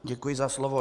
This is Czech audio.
Děkuji za slovo.